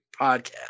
podcast